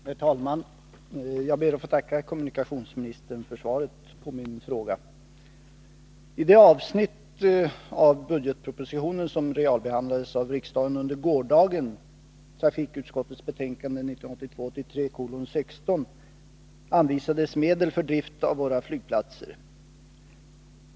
Herr talman! Jag ber att få tacka kommunikationsministern för svaret på min fråga. I det avsnitt av budgetpropositionen som realbehandlades av riksdagen under gårdagen, på grundval av trafikutskottets betänkande 1982/83:16, anvisades medel för drift av våra flygplatser.